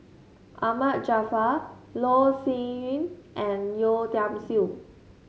Ahmad Jaafar Loh Sin Yun and Yeo Tiam Siew